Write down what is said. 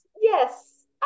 Yes